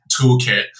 toolkit